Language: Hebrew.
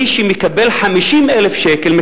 מי שמקבל 50,000 שקל,